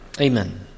Amen